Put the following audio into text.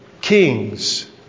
Kings